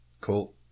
Cool